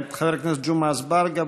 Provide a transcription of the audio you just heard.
חבר הכנסת ג'מעה אזברגה,